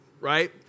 right